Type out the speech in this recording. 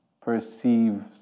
perceive